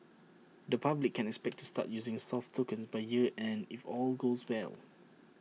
the public can expect to start using soft tokens by year end if all goes well